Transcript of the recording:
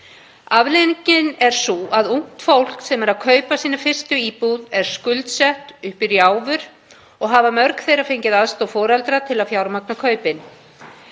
Afleiðingin er sú að ungt fólk sem er að kaupa sína fyrstu íbúð er skuldsett upp í rjáfur og hafa mörg fengið aðstoð foreldra til að fjármagna kaupin.